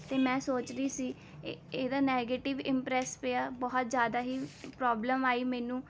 ਅਤੇ ਮੈਂ ਸੋਚ ਰਹੀ ਸੀ ਇਹ ਇਹਦਾ ਨੈਗੇਟਿਵ ਇੰਪ੍ਰੈੱਸ ਪਿਆ ਬਹੁਤ ਜ਼ਿਆਦਾ ਹੀ ਪ੍ਰੋਬਲਮ ਆਈ ਮੈਨੂੰ